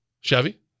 Chevy